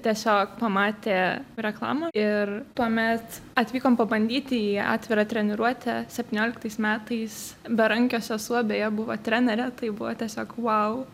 tiesiog pamatė reklamą ir tuomet atvykom pabandyti į atvirą treniruotę septynioliktais metais berankio sesuo beje buvo trenerė tai buvo tiesiog wow